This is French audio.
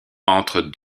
entre